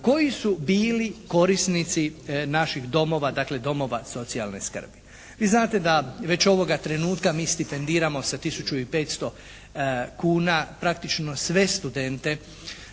koji su bili korisnici naših domova, dakle domova socijalne skrbi. Vi znate da već ovoga trenutka mi stipendiramo sa tisuću i 500 kuna praktično sve studente.